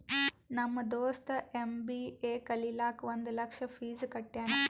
ನಮ್ ದೋಸ್ತ ಎಮ್.ಬಿ.ಎ ಕಲಿಲಾಕ್ ಒಂದ್ ಲಕ್ಷ ಫೀಸ್ ಕಟ್ಯಾನ್